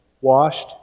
washed